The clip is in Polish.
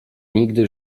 nigdy